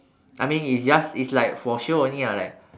I mean it's just it's like for show only lah like